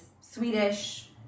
Swedish